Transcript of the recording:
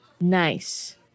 Nice